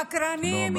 חקרנים,